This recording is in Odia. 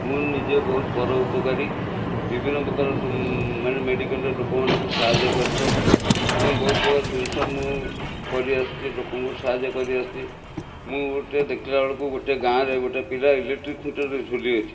ମୁଁ ନିଜେ ବହୁତ ପରୋପକାରୀ ବିଭିନ୍ନ ପ୍ରକାର ମାନେ ମେଡ଼ିକାଲ୍ରେ ଲୋକମାନଙ୍କୁ ସାହାଯ୍ୟ କରିଥାଏ ଏବଂ ବହୁତ ପ୍ରକାର ଜିନିଷ ମୁଁ କରିଆସୁଛି ଲୋକଙ୍କୁ ସାହାଯ୍ୟ କରିଆସୁଛି ମୁଁ ଗୋଟେ ଦେଖିଲାବେଳକୁ ଗୋଟେ ଗାଁରେ ଗୋଟେ ପିଲା ଇଲେଟ୍ରିକ୍ ଖୁଣ୍ଟିରେ ଝୁଲି ଅଛି